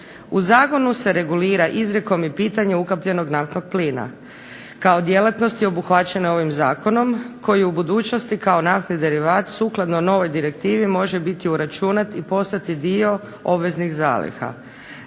U zakonu se regulira izrijekom i pitanje ukapljenog naftnog plina kao djelatnosti obuhvaćene ovim zakonom koji u budućnosti kao naftni derivat sukladno novoj direktivi može biti uračunat i postati dio obveznih zaliha.